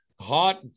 hot